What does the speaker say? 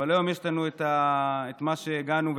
אבל היום יש לנו את מה שהגענו אליו,